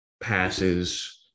passes